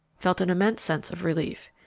felt an immense sense of relief.